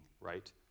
right